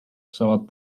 saavad